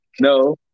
no